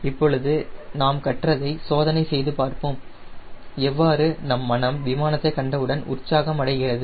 இப்பொழுது நாம் கற்றதை சோதனை செய்து பார்ப்போம் எவ்வாறு நம் மனம் விமானத்தைக் கண்டவுடன் உற்சாகம் அடைகிறது